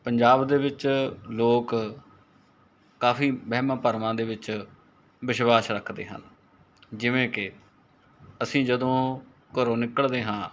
ਪੰਜਾਬ ਦੇ ਵਿੱਚ ਲੋਕ ਕਾਫ਼ੀ ਵਹਿਮਾਂ ਭਰਮਾਂ ਦੇ ਵਿੱਚ ਵਿਸ਼ਵਾਸ ਰੱਖਦੇ ਹਨ ਜਿਵੇਂ ਕਿ ਅਸੀਂ ਜਦੋਂ ਘਰੋਂ ਨਿਕਲਦੇ ਹਾਂ